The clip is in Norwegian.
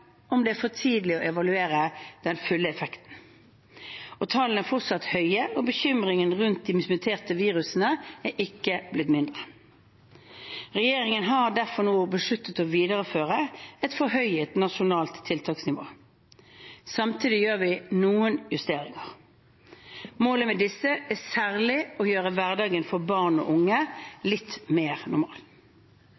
om det er for tidlig å evaluere den fulle effekten. Tallene er fortsatt for høye, og bekymringen rundt de muterte virusene har ikke blitt mindre. Regjeringen har derfor nå besluttet å videreføre et forhøyet nasjonalt tiltaksnivå. Samtidig gjør vi noen justeringer. Målet med disse er særlig å gjøre hverdagen for barn og unge